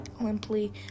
limply